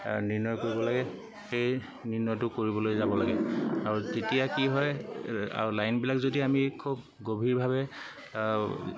নিৰ্ণয় কৰিব লাগে সেই নিৰ্ণয়টো কৰিবলৈ যাব লাগে আৰু তেতিয়া কি হয় লাইনবিলাক যদি আমি খুব গভীৰভাৱে